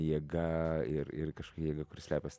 jėga ir ir kažkokia jėga kuri slepiasi